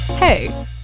Hey